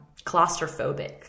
claustrophobic